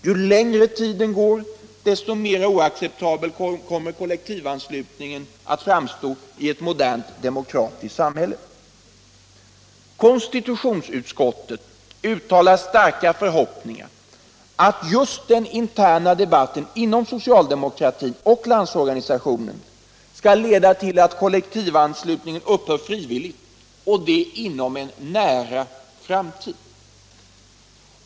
Ju längre tiden går, desto mera oacceptabel kommer kollektivanslutningen att framstå i ett modernt demokratiskt samhälle. Konstitutionsutskottet uttalar starka förhoppningar att just den interna debatten inom socialdemokratin och Landsorganisationen skall leda till att kollektivanslutningen upphör frivilligt och det inom en nära framtid.